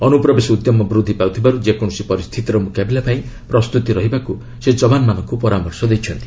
ଅନୁପ୍ରବେଶ ଉଦ୍ୟମ ବୃଦ୍ଧି ପାଉଥିବାରୁ ଯେକୌଣସି ପରିସ୍ଥିତିର ମୁକାବିଲା ପାଇଁ ପ୍ରସ୍ତୁତି ରହିବାକୁ ସେ ଜବାନମାନଙ୍କୁ ପରାମର୍ଶ ଦେଇଛନ୍ତି